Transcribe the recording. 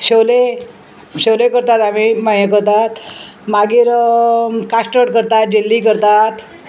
शोले शोले करतात आमी हें करतात मागीर कास्टोड करतात जिल्ली करतात